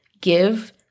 give